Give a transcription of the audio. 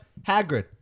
Hagrid